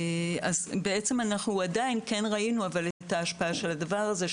עדיין כן ראינו את ההשפעה של הדבר הזה,